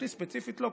אותי ספציפית לא,